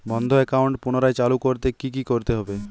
বন্ধ একাউন্ট পুনরায় চালু করতে কি করতে হবে?